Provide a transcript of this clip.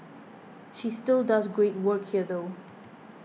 she still does great work here though